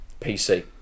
PC